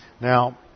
Now